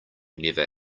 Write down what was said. never